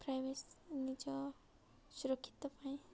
privacy ନିଜ ସୁରକ୍ଷିତ ପାଇଁ